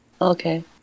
Okay